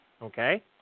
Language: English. Okay